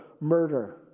murder